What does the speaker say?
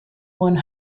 one